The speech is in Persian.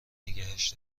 نگهش